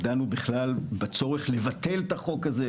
דנו בכלל בצורך לבטל את החוק הזה,